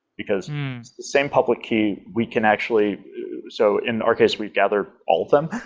because the same public key we can actually so in our case we gathered all of them.